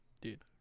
dude